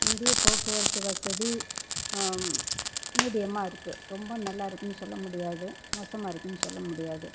இந்திய போக்குவரத்து வசதி மீடியம்மாக இருக்குது ரொம்ப நல்லாயிருக்குன்னு சொல்ல முடியாது மோசமாக இருக்குதுன்னு சொல்ல முடியாது